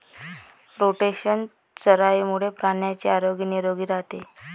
rotational चराईमुळे प्राण्यांचे आरोग्य निरोगी राहते